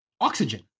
Oxygen